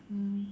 mm